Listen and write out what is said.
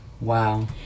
Wow